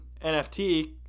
nft